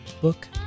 Book